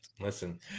Listen